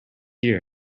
year